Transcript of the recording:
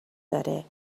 داره